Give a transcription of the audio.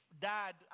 dad